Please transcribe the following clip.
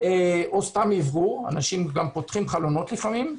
או סתם אוורור, אנשים גם פותחים חלונות לפעמים.